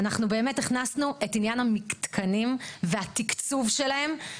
אנחנו הכנסנו את עניין המתקנים והתקצוב שלהם.